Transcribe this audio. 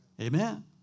Amen